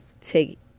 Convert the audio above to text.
take